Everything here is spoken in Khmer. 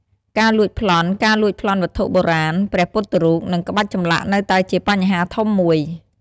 ការលួចប្លន់ ការលួចប្លន់វត្ថុបុរាណ ព្រះពុទ្ធរូប និងក្បាច់ចម្លាក់នៅតែជាបញ្ហាធំមួយ។